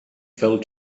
fell